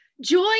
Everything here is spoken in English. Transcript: joy